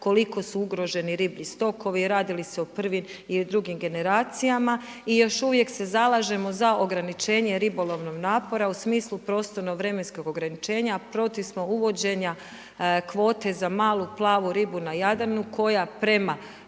koliko su ugroženi riblji stokovi, radi li se o prvim i drugim generacijama i još uvijek se zalažemo za ograničenje ribolovnog napora u smislu prostorno vremenskog ograničenja, a protiv smo uvođenja kvote za malu plavu ribu na Jadranu, koja prema